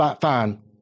fine